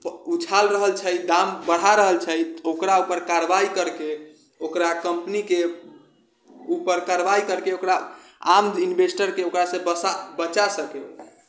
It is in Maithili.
उछाल रहल छै दाम बढ़ा रहल छै तऽ ओकरा उपर कार्यवाही करिके ओकरा कम्पनीके उपर कार्यवाही करिके ओकरा आम इन्वेस्टरके ओकरासँ बचा सकै